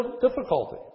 difficulty